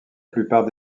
plupart